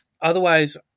Otherwise